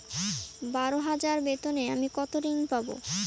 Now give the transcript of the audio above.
বারো হাজার বেতনে আমি কত ঋন পাব?